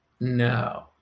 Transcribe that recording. No